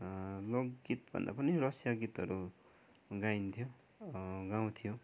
लोकगीत भन्दा पनि रसिया गीतहरू गाइन्थ्यो गाउथ्यो